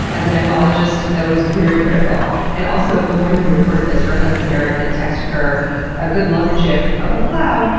as a nephologist, that was very critical. and also, the morning we recorded this, her husband eric had texted her a good luck gif of a cloud.